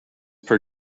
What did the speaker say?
per